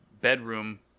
bedroom